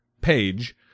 page